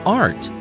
art